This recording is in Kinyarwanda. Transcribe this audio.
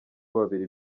babiri